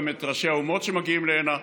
גם את ראשי האומות שמגיעים הנה.